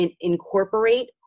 incorporate